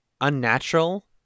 unnatural